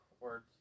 words